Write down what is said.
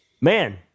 man